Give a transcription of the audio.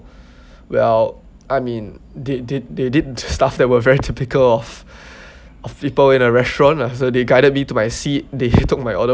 well I mean did did they did stuff that were very typical of of people in a restaurant lah so they guided me to my seat they took my order